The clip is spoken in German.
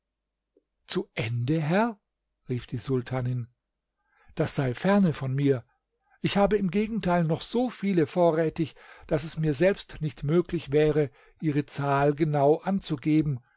zu ende herr rief die sultanin das sei ferne von mir ich habe im gegenteil noch so viele vorrätig daß es mir selbst nicht möglich wäre ihre zahl genau anzugeben